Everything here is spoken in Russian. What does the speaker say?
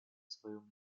своем